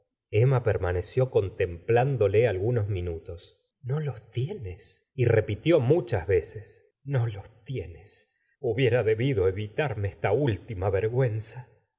emma permaneció contemplándole algunos minutos no los tienes y repitió muchas ve es no los tienes hubiera debido evitarme esta última vergüenza no